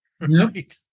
Right